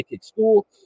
school